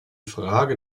frage